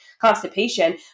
constipation